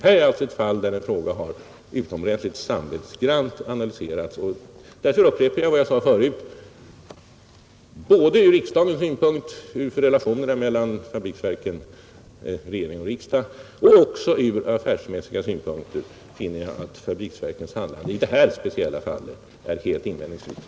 Här är alltså ett fall där en fråga har utomordentligt samvetsgrant analyserats, och därför upprepar jag vad jag sade förut: Både ur riksdagens synpunkt och ur synpunkten av relationerna fabriksverken— regering—riksdag och även ur affärsmässiga synpunkter finner jag att fabriksverkens handlande i detta speciella fall är helt invändningsfritt.